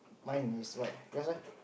mine is like yours leh